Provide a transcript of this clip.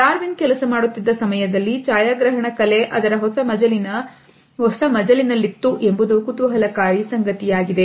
Darwin ಕೆಲಸ ಮಾಡುತ್ತಿದ್ದ ಸಮಯದಲ್ಲಿ ಛಾಯಾಗ್ರಹಣ ಕಲೆ ಅದರ ಹೊಸ ಮಜಲಿನಲ್ಲಿ ಇತ್ತು ಎಂಬುದು ಕುತೂಹಲಕಾರಿ ಸಂಗತಿಯಾಗಿದೆ